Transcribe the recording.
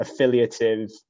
affiliative